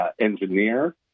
engineer